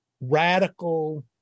radical